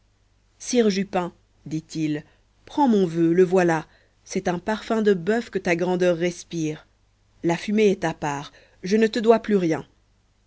sire jupin dit-il prends mon vœu le voilà c'est un parfum de bœuf que ta grandeur respire la fumée est ta part je ne te dois plus rien